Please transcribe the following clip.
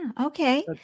Okay